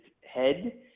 head